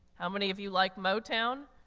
how many of you like motown?